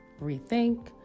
rethink